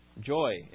joy